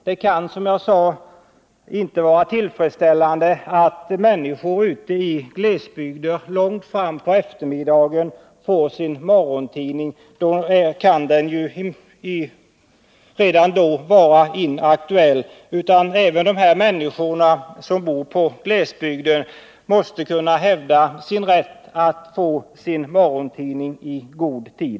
Det kan, som jag sade, inte vara tillfredsställande att människor ute i glesbygder får sin morgontidning långt fram på eftermiddagen. Då kan den ju vara inaktuell. Även dessa människor som bor i glesbygder måste kunna hävda sin rätt att få morgontidningen i god tid.